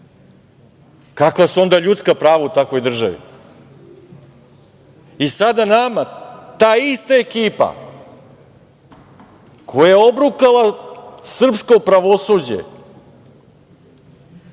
Kakva su onda ljudska prava u takvoj državi? Sada nama ta ista ekipa koja je obrukala srpsko pravosuđe,